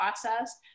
process